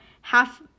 Half